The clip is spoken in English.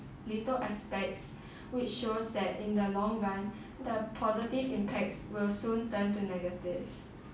little aspects which shows that in the long run the positive impacts will soon turn to negative